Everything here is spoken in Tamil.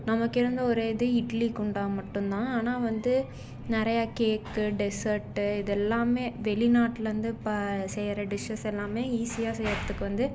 நமக்கு இருந்த ஒரு இது இட்லி குண்டான் மட்டும்தான் ஆனால் வந்து நிறையா கேக்கு டெஸர்ட்டு இது எல்லாமே வெளிநாட்லேருந்து இப்போ செய்யற டிஷ்ஷஸ் எல்லாமே ஈஸியாக செய்யறதுக்கு வந்து